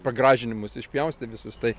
pagražinimus išpjaustė visus tai